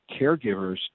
caregivers